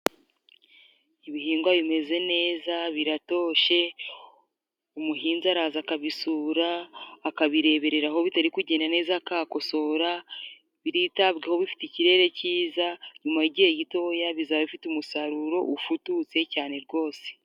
Ibihingwa bimeze neza biratoshe, umuhinzi araza akabisura, akabireberera aho bitari kugenda neza akahakosora, biritabwaho bifite ikirere cyiza nyuma y'igihe gitoya bizaba bifite umusaruro ufututse cyane rwose.